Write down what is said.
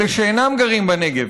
אלה שאינם גרים בנגב,